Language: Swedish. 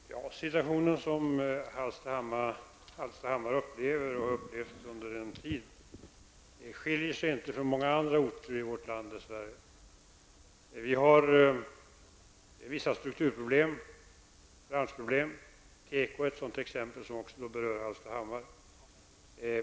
Herr talman! Den situation som man nu upplever och under en tid har upplevt i Hallstahammar skiljer sig dess värre inte från situationen i många andra orter i vårt land. Vi har vissa strukturproblem, branschproblem. Teko är ett sådant exempel, som också berör Hallstahammar.